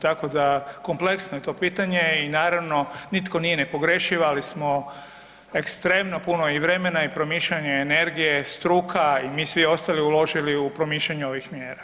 Tako da kompleksno je to pitanje i naravno nitko nije nepogrešiv ali smo ekstremno puno i vremena i promišljanja i energije struka i mi svi ostali uložili u promišljanje ovih mjera.